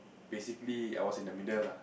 basically I was in the middle lah